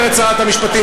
אומרת שרת המשפטים,